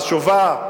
חשובה,